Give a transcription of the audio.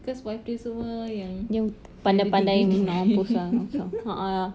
because wife dia semua yang ada degree degree